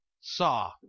saw